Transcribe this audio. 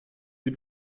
sie